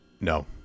no